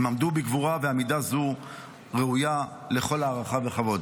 הם עמדו בגבורה, ועמידה זו ראויה לכל הערכה וכבוד.